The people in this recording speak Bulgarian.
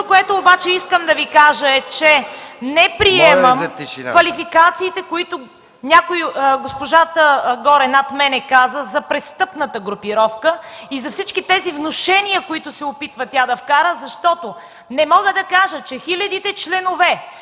което искам да кажа е, че не приемам квалификациите, които госпожата горе над мен каза за престъпната групировка и за всички внушения, които се опитва тя да вкара, защото не мога да кажа, че хилядите членове